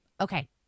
Okay